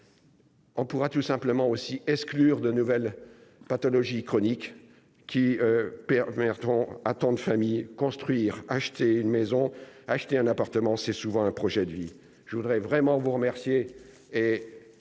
On pourra tout simplement aussi exclure de nouvelles pathologies chroniques qui perd Bertrand attendent famille construire acheter une maison, acheter un appartement, c'est souvent un projet de vie, je voudrais vraiment vous remercier